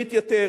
חיונית יותר,